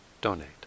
donate